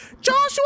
Joshua